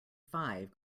five